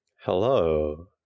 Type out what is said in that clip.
Hello